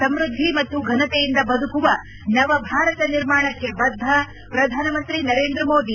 ಸಮ್ನದ್ದಿ ಮತ್ತು ಘನತೆಯಿಂದ ಬದುಕುವ ನವಭಾರತ ನಿರ್ಮಾಣಕ್ಕೆ ಬದ್ದ ಪ್ರಧಾನಮಂತ್ರಿ ನರೇಂದ್ರ ಮೋದಿ